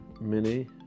mini